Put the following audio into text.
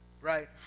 right